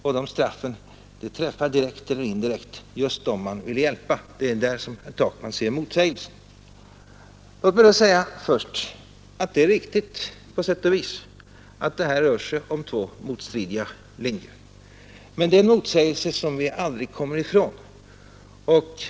Och de straffen träffar direkt eller indirekt just dem som man vill hjälpa. Det är där som herr Takman ser motsägelsen. Låt mig då först säga att det är riktigt på sätt och vis att det här rör sig om två motstridiga linjer. Men det är en motsägelse som vi aldrig kommer ifrån.